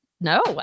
No